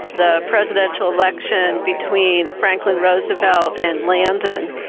the presidential election between franklin roosevelt and landon.